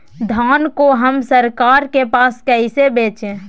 धान को हम सरकार के पास कैसे बेंचे?